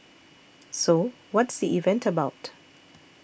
so what's the event about